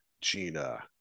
Gina